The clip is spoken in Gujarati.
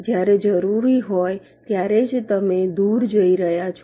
જ્યારે જરૂરી હોય ત્યારે જ તમે દૂર જઈ રહ્યા છો